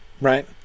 Right